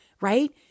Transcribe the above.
right